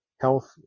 health